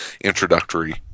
introductory